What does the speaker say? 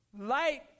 light